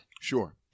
Sure